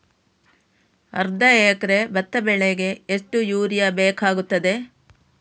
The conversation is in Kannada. ಅರ್ಧ ಎಕರೆ ಭತ್ತ ಬೆಳೆಗೆ ಎಷ್ಟು ಯೂರಿಯಾ ಬೇಕಾಗುತ್ತದೆ?